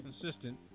consistent